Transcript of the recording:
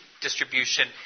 distribution